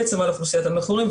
על אוכלוסיית המכורים,